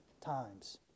times